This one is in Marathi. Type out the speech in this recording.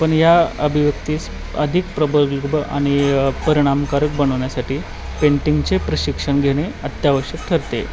पण या अभिव्यक्तीस अधिक प्रगल्भ आणि परिणामकारक बनवण्यासाठी पेंटिंगचे प्रशिक्षण घेणे अत्यावश्यक ठरते